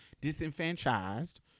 disenfranchised